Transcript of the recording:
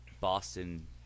Boston